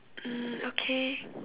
mm okay